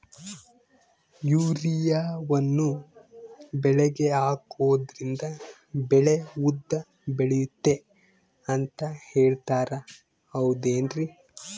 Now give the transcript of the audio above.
ಯೂರಿಯಾವನ್ನು ಬೆಳೆಗೆ ಹಾಕೋದ್ರಿಂದ ಬೆಳೆ ಉದ್ದ ಬೆಳೆಯುತ್ತೆ ಅಂತ ಹೇಳ್ತಾರ ಹೌದೇನ್ರಿ?